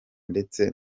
ndetse